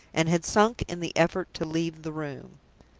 and had sunk in the effort to leave the room.